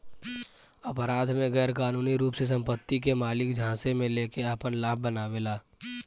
अपराध में गैरकानूनी रूप से संपत्ति के मालिक झांसे में लेके आपन लाभ बनावेला